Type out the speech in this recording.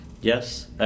yes